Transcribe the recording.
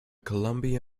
columbia